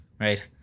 right